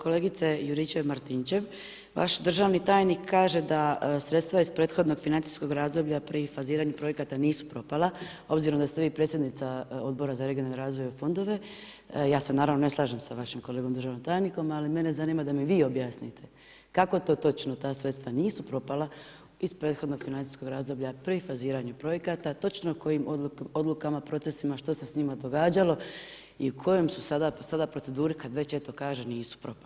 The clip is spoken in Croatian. Kolegice Juričev-Martinčev, vaš državni tajnik kaže da sredstva iz prethodnog financijskog razdoblja pri faziranju projekata nisu propala obzirom da ste vi predsjednica Odbora za regionalni razvoj i fondove, ja se naravno ne slažem sa vašim kolegom državnim tajnikom ali mene zanima da mi vi objasnite kako to točno ta sredstva nisu propala iz prethodnog financijskog razdoblja pri faziranju projekata, točno kojim odlukama, procesima, što se s njima događalo i u kojem su sada proceduri kad već eto kaže nisu propala.